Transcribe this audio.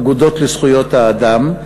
אגודות לזכויות האדם,